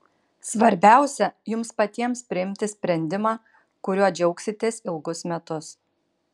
svarbiausia jums patiems priimti sprendimą kuriuo džiaugsitės ilgus metus